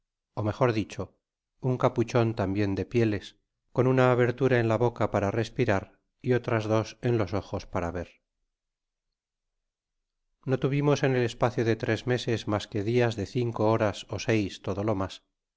ó mejor dicho un capuchon tambien de pieles con una abertura en la boca para respirar y otras dos en los ojo para ver no tuvimos en el espacio de tres meses mas que dias de cinco horas ó seis todo lo mas